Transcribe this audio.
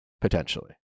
potentially